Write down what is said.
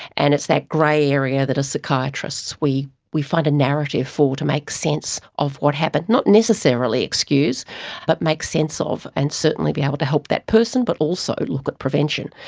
and it's that grey area that as psychiatrists we we find a narrative for to make sense of what happened, not necessarily excuse but make sense of and certainly be able to help that person but also look at prevention.